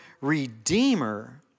Redeemer